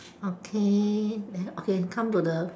okay then okay come to the